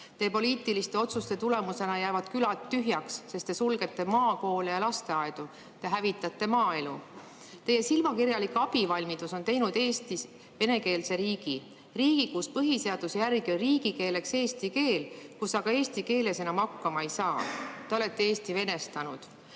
Teie poliitiliste otsuste tulemusena jäävad külad tühjaks, sest te sulgete maakoole ja lasteaedu. Te hävitate maaelu. Teie silmakirjalik abivalmidus on teinud Eestist venekeelse riigi: riigi, kus põhiseaduse järgi on riigikeeleks eesti keel, kus aga eesti keeles enam hakkama ei saa. Te olete Eesti venestanud.